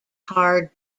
hard